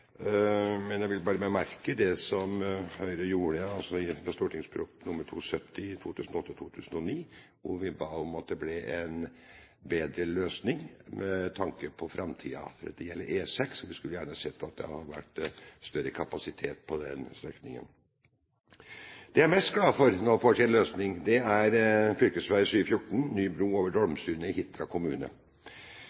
Men jeg vil bare bemerke at Høyre i forbindelse med Innst. S. nr. 270 for 2008–2009 ba om at det ble en bedre løsning med tanke på framtiden. Dette gjelder altså E6, og vi skulle gjerne ha sett at det hadde vært større kapasitet på den strekningen. Det jeg er mest glad for nå får sin løsning, er fv. 714, ny bru over